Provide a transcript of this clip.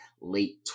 late